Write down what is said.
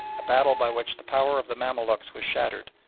a battle by which the power of the mamaluks was shattered,